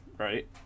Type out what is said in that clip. Right